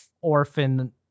orphan